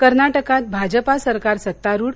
कर्नाटकात भाजपा सरकार सत्तारूढ